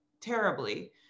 terribly